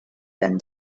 than